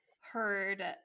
heard